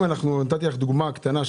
נתתי לכם דוגמה קטנה,